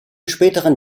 späteren